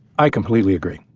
i completely agree.